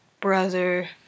brother